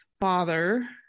father